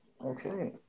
Okay